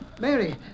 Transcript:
Mary